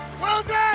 Wilson